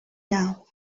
now